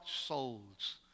souls